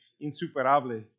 insuperable